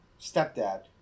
stepdad